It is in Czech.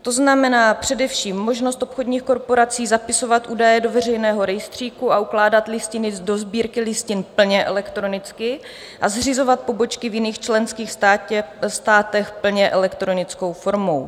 To znamená především možnost obchodních korporací zapisovat údaje do veřejného rejstříku a ukládat listiny do sbírky listin plně elektronicky a zřizovat pobočky v jiných členských státech plně elektronickou formou.